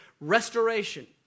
restoration